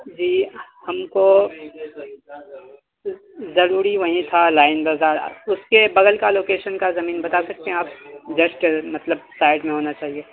جی ہم کو ضروری وہیں تھا لائن بازار اس کے بغل کا لوکیشن کا زمین بتا سکتے ہیں آپ جسٹ مطلب سائڈ میں ہونا چاہیے